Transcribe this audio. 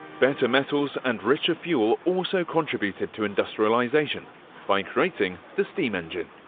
better metals and richer fuel also contributed to industrialization by creating the steam engine,